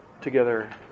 together